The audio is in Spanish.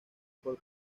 por